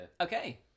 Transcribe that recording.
Okay